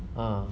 ah